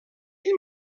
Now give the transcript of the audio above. ell